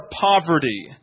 poverty